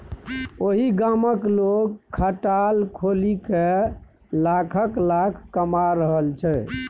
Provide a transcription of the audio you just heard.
ओहि गामक लोग खटाल खोलिकए लाखक लाखक कमा रहल छै